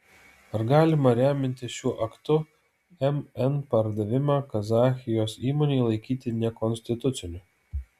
ar galima remiantis šiuo aktu mn pardavimą kazachijos įmonei laikyti nekonstituciniu